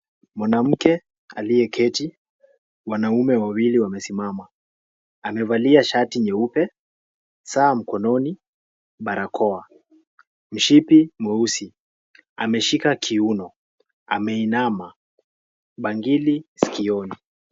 Mwanamke aliyeketi, wanaume wawili wamesimama. Amevalia shati nyeupe, saa mkononi, barakoa, mshipi mweusi, ameshika kiuno, ameinama, bangiri sikioni.